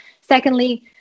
Secondly